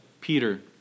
Peter